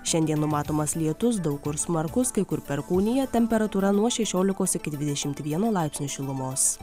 šiandien numatomas lietus daug kur smarkus kai kur perkūnija temperatūra nuo šešiolikos iki dvidešimt vieno laipsnio šilumos